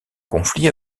conflit